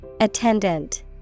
Attendant